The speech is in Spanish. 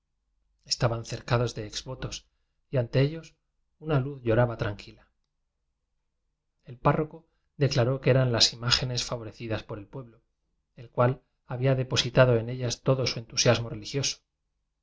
estaban cercados de ex votos y ante ellos una luz lloraba tran quila el párroco declaró que eran las imá genes favorecidas por el pueblo el cual ha bía depositado en ellas todo su entusiasmo religioso